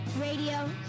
Radio